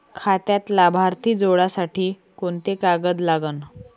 खात्यात लाभार्थी जोडासाठी कोंते कागद लागन?